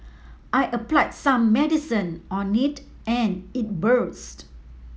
I applied some medicine on it and it burst